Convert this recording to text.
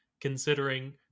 considering